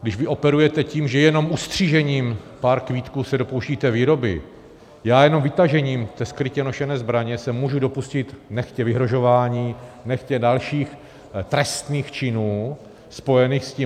Když vy operujete tím, že jenom ustřižením pár kvítků se dopouštíte výroby, já jenom vytažením té skrytě nošené zbraně se můžu dopustit nechtě vyhrožování, nechtě dalších trestných činů spojených s tím.